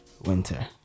Winter